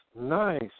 nice